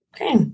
Okay